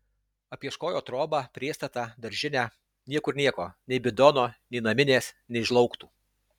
apieškojo trobą priestatą daržinę niekur nieko nei bidono nei naminės nei žlaugtų